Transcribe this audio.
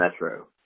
Metro